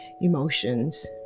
emotions